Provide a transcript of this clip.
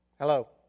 Hello